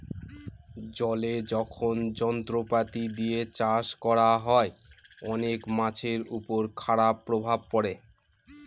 জলে যখন যন্ত্রপাতি দিয়ে চাষ করা হয়, অনেক মাছের উপর খারাপ প্রভাব পড়ে